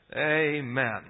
Amen